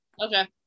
okay